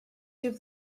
rhyw